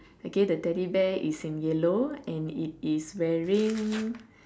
okay the teddy bear is in yellow and it is wearing